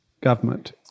government